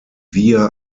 via